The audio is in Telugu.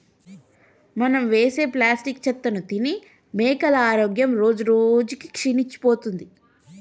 మనం వేసే ప్లాస్టిక్ చెత్తను తిని మేకల ఆరోగ్యం రోజురోజుకి క్షీణించిపోతుంది